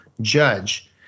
judge